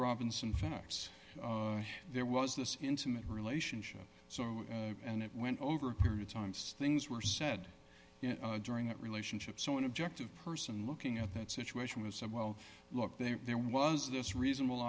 robinson facts there was this intimate relationship so and it went over a period times things were said during that relationship so an objective person looking at that situation has said well look there was this reasonable